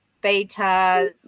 beta